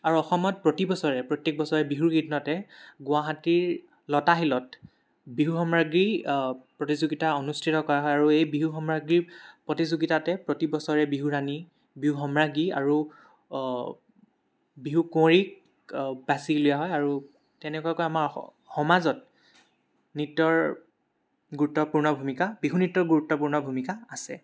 আৰু অসমত প্ৰতি বছৰে প্ৰত্যেক বছৰে বিহুৰ কেইদিনতে গুৱাহাটীৰ লতাশিলত বিহু সম্ৰাজ্ঞী প্ৰতিযোগিতা অনুষ্ঠিত কৰা হয় আৰু এই বিহু সম্ৰাজ্ঞীৰ প্ৰতিযোগিতাতে প্ৰতিবছৰে বিহুৰাণী বিহু সম্ৰাজ্ঞী আৰু বিহুকুঁৱৰীক বাচি ওলোৱা হয় আৰু তেনেকুৱাকৈ আমাৰ সমাজত নৃত্যৰ গুৰুত্বপূৰ্ণ ভূমিকা বিহু নৃত্যৰ গুৰুত্বপূৰ্ণ ভূমিকা আছে